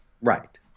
Right